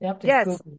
yes